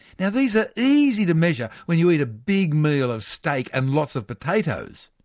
yeah these are easy to measure when you eat a big meal of steak and lots of potatoes,